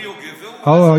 אורי יוגב והוא.